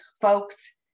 folks